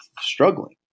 struggling